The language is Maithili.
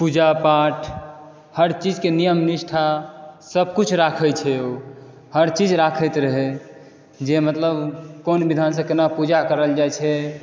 पूजा पाठ हर चीज के नियम निष्ठा सब किछु राखल छै हर चीज राखैत रहै जे मतलब कोन विधान सॅं केना पूजा करल जाइ छै